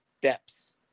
steps